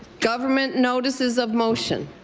government notices of motion.